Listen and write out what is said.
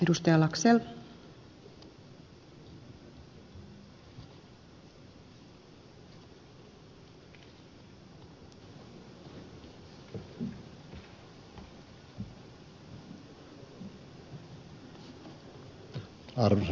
arvoisa rouva puhemies